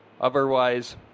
otherwise